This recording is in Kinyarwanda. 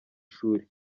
shuri